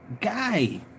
guy